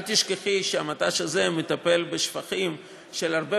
אל תשכחי שהמט"ש הזה מטפל בשפכים של הרבה